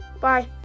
Bye